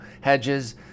hedges